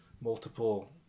multiple